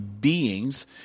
beings